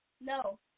No